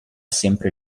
sempre